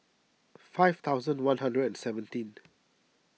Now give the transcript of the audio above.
five thousand one hundred and seventeen